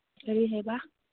ꯀꯔꯤ ꯍꯥꯏꯕ